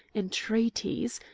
entreaties,